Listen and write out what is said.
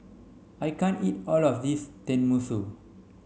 I can't eat all of this Tenmusu